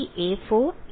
a2 a3 a4